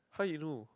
how he know